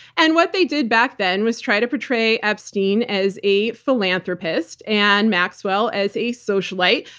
and what they did back then was try to portray epstein as a philanthropist and maxwell as a socialite.